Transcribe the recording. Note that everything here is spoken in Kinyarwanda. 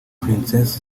princess